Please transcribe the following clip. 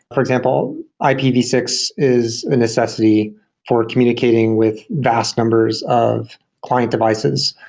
for example i p v six is a necessity for communicating with vast numbers of client devices.